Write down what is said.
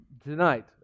Tonight